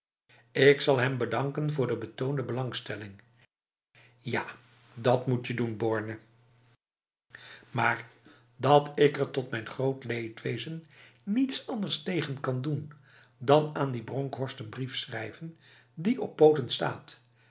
ik zal hem bedanken voor de betoonde belangstelling ja dat moetje doen borne maar dat ik er tot mijn groot leedwezen niets anders tegen kan doen dan aan die bronkhorst een briefschrijven die op poten staat